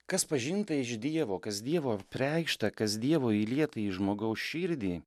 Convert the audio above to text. kas pažinta iš dievo kas dievo apreikšta kas dievo įlieta į žmogaus širdį